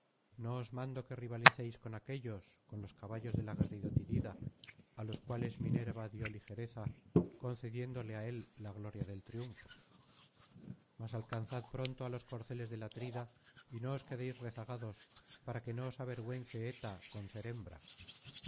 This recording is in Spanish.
os mando que rivalicéis con aquéllos con los caballos del aguerrido tidida á los cuales miner'a dio ligereza concediéndole á él la gloria del triunfo mas alcanzad pronto á los corceles del atrida y no os quedéis rezagados para que no os avergüence eta con ser hembra